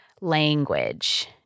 language